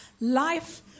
Life